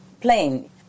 plane